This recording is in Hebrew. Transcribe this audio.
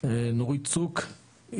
נורית צוק,